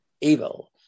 evil